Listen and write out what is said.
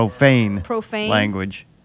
language